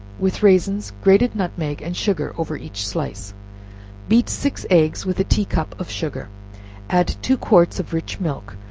with raisins, grated nutmeg and sugar over each slice beat six eggs with a tea-cup of sugar add two quarts of rich milk,